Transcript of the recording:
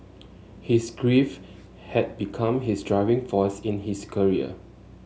his grief had become his driving force in his career